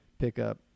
pickup